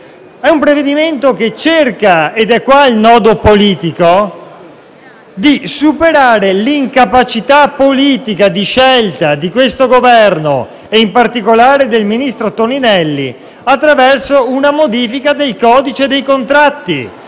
È un provvedimento che cerca - ed è questo il nodo politico - di superare l'incapacità politica di scelta di questo Governo, e in particolare del ministro Toninelli, attraverso una modifica del codice dei contratti.